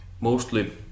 Mostly